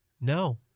No